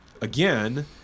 Again